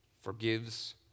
forgives